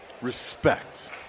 respect